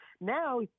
Now